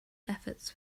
efforts